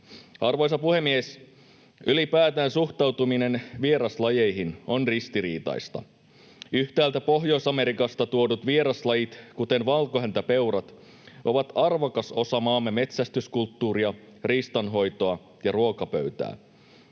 Arvoisa puhemies! Ylipäätään suhtautuminen vieraslajeihin on ristiriitaista. Yhtäältä Pohjois-Amerikasta tuodut vieraslajit, kuten valkohäntäpeurat, ovat arvokas osa maamme metsästyskulttuuria, riistanhoitoa ja ruokapöytää,